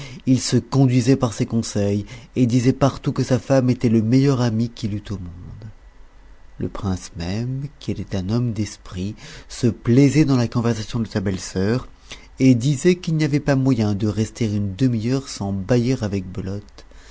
il se conduisait par ses conseils et disait par-tout que sa femme était le meilleur ami qu'il eût au monde le prince même qui était un homme d'esprit se plaisait dans la conversation de sa belle sœur et disait qu'il n'y avait pas moyen de rester une demi-heure sans bâiller avec belote